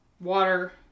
water